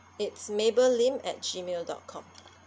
it's mabel lim at gmail dot com